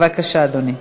בבקשה, אדוני.